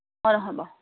হয় নহয় বাৰু